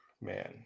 Man